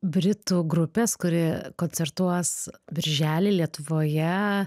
britų grupės kuri koncertuos birželį lietuvoje